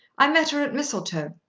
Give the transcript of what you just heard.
i met her at mistletoe.